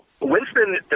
Winston